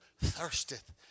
thirsteth